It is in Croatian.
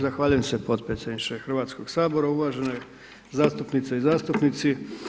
Zahvaljujem se potpredsjedničke Hrvatskog sabora, uvažene zastupnice i zastupnici.